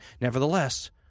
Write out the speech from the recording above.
Nevertheless